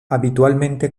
habitualmente